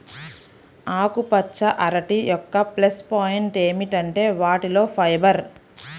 ఆకుపచ్చ అరటి యొక్క ప్లస్ పాయింట్ ఏమిటంటే వాటిలో ఫైబర్